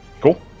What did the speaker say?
Cool